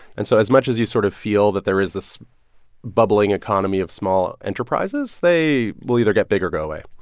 and so as much as you sort of feel that there is this bubbling economy of small enterprises, they will either get big or go away.